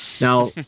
Now